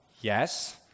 Yes